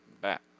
back